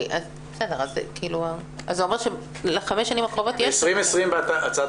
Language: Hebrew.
אז זה אומר שלחמש שנים הקרובות יש --- ב-2020 הצעת